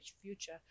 future